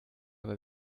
aber